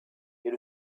est